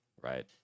right